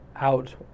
out